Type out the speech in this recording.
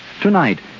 Tonight